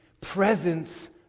presence